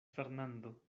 fernando